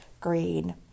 green